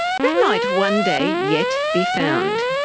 they might one day yet be found.